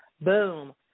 Boom